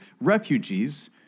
refugees